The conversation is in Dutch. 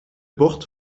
bocht